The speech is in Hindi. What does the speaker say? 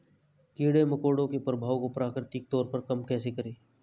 कीड़े मकोड़ों के प्रभाव को प्राकृतिक तौर पर कम कैसे करें?